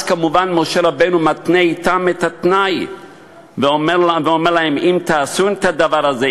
אז כמובן משה רבנו מתנה להם תנאי ואומר להם: "אם תעשון את הדבר הזה,